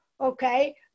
okay